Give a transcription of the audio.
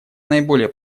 наиболее